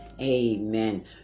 amen